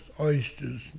oysters